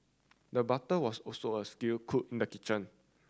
the butter was also a skilled cook in the kitchen